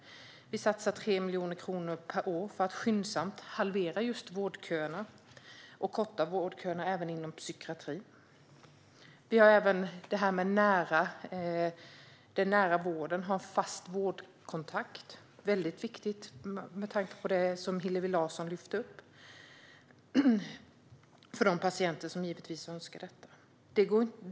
Vi satsar 3 miljoner kronor per år för att skyndsamt halvera vårdköerna och korta vårdköerna även inom psykiatrin. Vi vill även genomföra den nära vården, en fast vårdkontakt, som är väldigt viktigt för de patienter som önskar detta, med tanke på det som Hillevi Larsson tog upp.